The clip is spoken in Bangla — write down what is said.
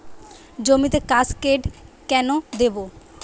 জমিতে কাসকেড কেন দেবো?